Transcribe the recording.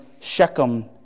Shechem